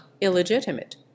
illegitimate